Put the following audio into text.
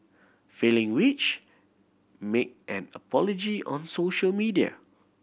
failing which make an apology on social media